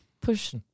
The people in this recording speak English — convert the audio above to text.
push